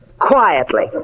quietly